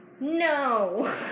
No